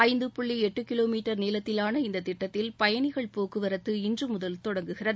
ஐந்து புள்ளி எட்டு கிலோ மீட்டர் நீளத்திலான இந்த திட்டத்தின் பயணிகள் போக்குவரத்து இன்று முதல் தொடங்குகிறது